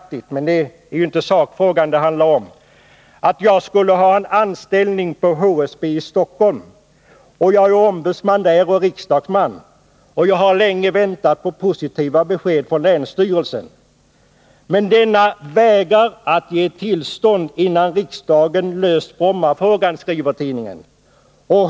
Tidningen skriver: ”Ombudsman i HSB Stockholm är riksdagsman Oskar Lindkvist som länge väntat på positiva besked från länsstyrelsen. Men denna vägrar att ge tillstånd innan riksdagen löst Brommafrågan.